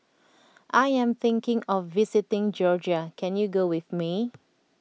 I am thinking of visiting Georgia can you go with me